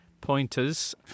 pointers